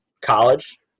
college